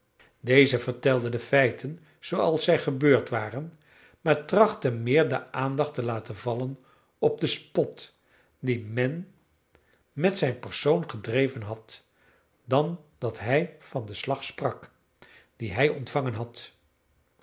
deze vertelde de feiten zooals zij gebeurd waren maar trachtte meer de aandacht te laten vallen op den spot dien men met zijn persoon gedreven had dan dat hij van den slag sprak dien hij ontvangen had